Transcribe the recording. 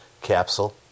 capsule